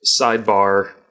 Sidebar-